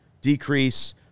decrease